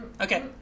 Okay